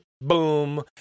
boom